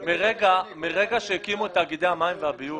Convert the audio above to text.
מרגע שהקימו את תאגידי המים והביוב,